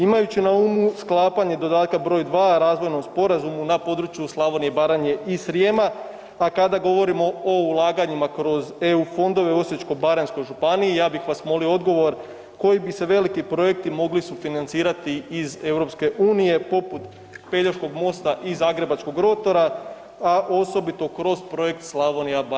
Imajući na umu sklapanje dodatka br. 2. razvojnom sporazumu na području Slavonije, Baranje i Srijema, a kada govorimo o ulaganjima kroz eu fondove u Osječko-baranjskoj županiji ja bih vas molio odgovor koji bi se veliki projekti mogli sufinancirati iz EU poput Pelješkog mosta i Zagrebačkog rotora, a osobito kroz Projekt „Slavonija, Baranja i Srijem“